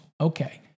okay